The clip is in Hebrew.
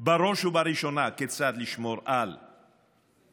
בראש ובראשונה כיצד לשמור עליו,